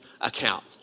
account